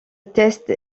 test